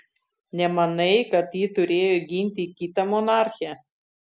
nemanai kad ji turėjo ginti kitą monarchę